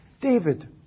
David